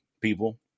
people